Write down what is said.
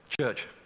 church